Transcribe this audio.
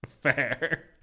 Fair